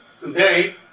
today